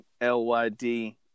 L-Y-D